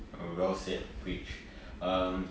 well said preach um